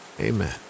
Amen